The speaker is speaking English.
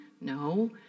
no